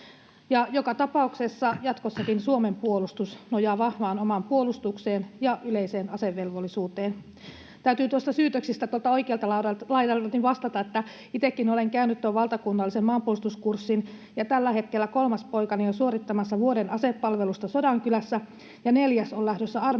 joka tapauksessa jatkossakin Suomen puolustus nojaa vahvaan omaan puolustukseen ja yleiseen asevelvollisuuteen. Täytyy noihin syytöksiin tuolta oikealta laidalta vastata, että itsekin olen käynyt valtakunnallisen maanpuolustuskurssin ja tällä hetkellä kolmas poikani on suorittamassa vuoden asepalvelusta Sodankylässä ja neljäs on lähdössä armeijan